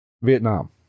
Vietnam